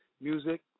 music